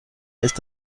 ist